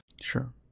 Sure